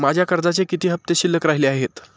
माझ्या कर्जाचे किती हफ्ते शिल्लक राहिले आहेत?